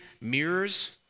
mirrors